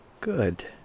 Good